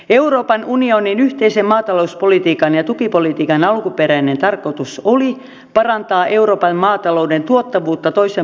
euroopan unionin yhteisen maatalouspolitiikan ja tukipolitiikan alkuperäinen tarkoitus oli parantaa euroopan maatalouden tuottavuutta toisen maailmansodan jälkeen